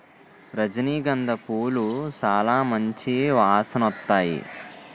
రజనీ గంధ పూలు సాలా మంచి వాసనొత్తాయి